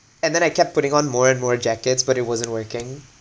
and then I kept putting on more and more jackets but it wasn't working